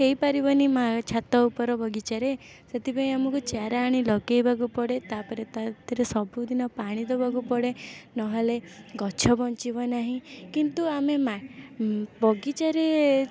ହେଇପାରିବନି ମା' ଛାତ ଉପର ବଗିଚାରେ ସେଥିପାଇଁ ଆମକୁ ଚାରା ଆଣି ଲଗେଇବାକୁ ପଡ଼େ ତାପରେ ତା' ଦେହରେ ସବୁଦିନ ପାଣି ଦେବାକୁ ପଡ଼େ ନହେଲେ ଗଛ ବଞ୍ଚିବ ନାହିଁ କିନ୍ତୁ ଆମେ ମା ବଗିଚାରେ